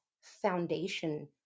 foundation